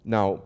Now